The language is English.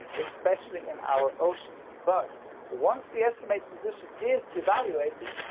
especially in our oceans, but once the estimated position is evaluated,